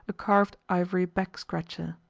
a carved ivory back-scratcher.